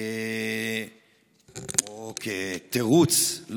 או כתירוץ,